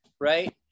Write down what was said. right